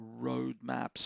roadmaps